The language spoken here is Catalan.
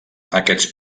aquests